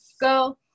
go